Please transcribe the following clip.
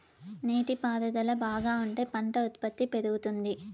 నీటి పారుదల బాగా ఉంటే పంట ఉత్పత్తి పెరుగుతుంది